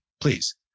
please